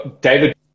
David